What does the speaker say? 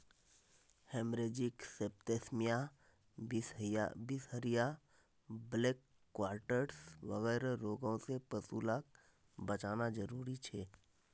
haemorrhagic septicaemia, बीसहरिया, black quarters वगैरह रोगों से पशु लाक बचाना ज़रूरी छे